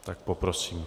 Tak poprosím.